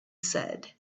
said